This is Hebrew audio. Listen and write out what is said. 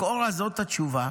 לכאורה זאת התשובה,